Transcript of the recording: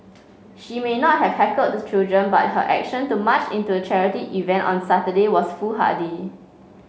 she may not have heckled the children but her action to march into the charity event on Saturday was foolhardy